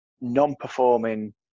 non-performing